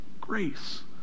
grace